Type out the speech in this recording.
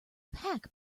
pack